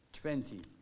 twenty